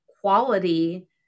quality